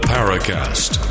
Paracast